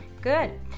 Good